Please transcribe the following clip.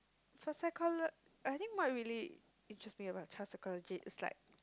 so psycholo~ I think what really interests me about child psychology is like